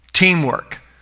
Teamwork